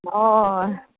हय